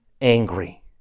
angry